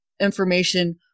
information